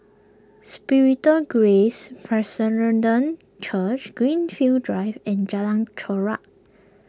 Spiritual Grace Church Greenfield Drive and Jalan Chorak